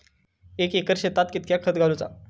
एक एकर शेताक कीतक्या खत घालूचा?